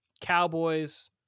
Cowboys